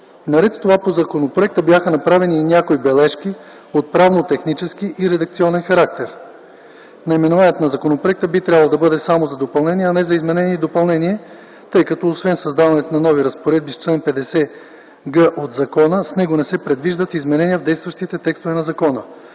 Наред с това по законопроекта бяха направени и някои бележки от правно-технически и редакционен характер. Наименованието на законопроекта би трябвало да бъде само за допълнение, а не за изменение и допълнение, тъй като освен създаването на нови разпоредби с чл. 50г от закона, в него не се предвиждат изменения в действащите текстове на закона.